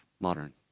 modern